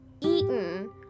eaten